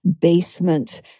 basement